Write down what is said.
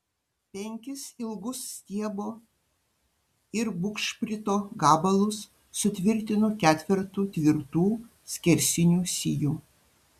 penkis ilgus stiebo ir bugšprito gabalus sutvirtinu ketvertu tvirtų skersinių sijų